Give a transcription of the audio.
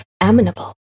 amenable